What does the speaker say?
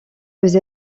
vous